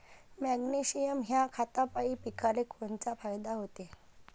Magnesium ह्या खतापायी पिकाले कोनचा फायदा होते?